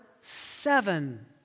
seven